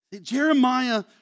Jeremiah